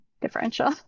differential